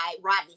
Rodney